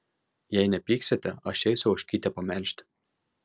jei nepyksite aš eisiu ožkytę pamelžti